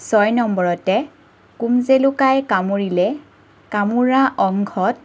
ছয় নম্বৰতে কুমজেলুকাই কামোৰিলে কামোৰা অংশত